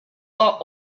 are